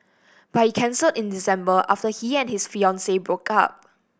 but he cancelled in December after he and his fiancee broke up